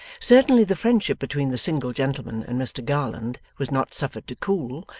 certainly the friendship between the single gentleman and mr garland was not suffered to cool,